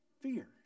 Fear